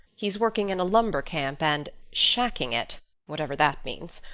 he's working in a lumber camp and shacking it whatever that means.